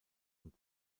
und